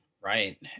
Right